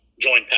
join